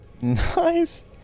Nice